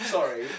Sorry